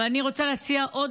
אבל אני רוצה להציע עוד